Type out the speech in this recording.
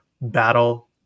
battle